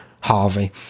harvey